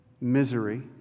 misery